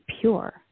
pure